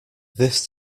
this